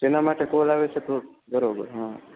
સેના માટે કોલ આવે છે બરોબર હં